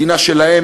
מדינה שלהם,